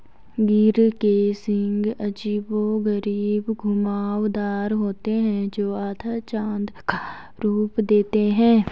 गिर के सींग अजीबोगरीब घुमावदार होते हैं, जो आधा चाँद का रूप देते हैं